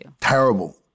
Terrible